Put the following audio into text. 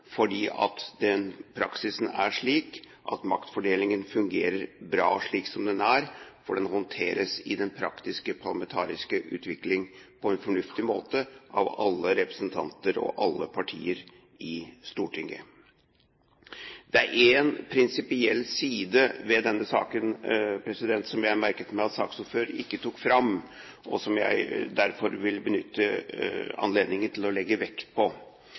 fordi praksis er slik at maktfordelingen fungerer bra slik som den er, hvor den håndteres – i den praktiske parlamentariske utvikling – på en fornuftig måte av alle representanter og alle partier i Stortinget. Det er en prinsipiell side ved denne saken som jeg har merket meg at saksordføreren ikke tok opp, og som jeg derfor vil benytte anledningen til å legge vekt på,